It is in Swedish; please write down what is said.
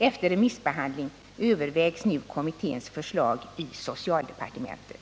Efter remissbehandling övervägs nu kommitténs förslag i socialdepartementet.